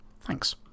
Thanks